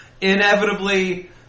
inevitably